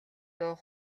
дуу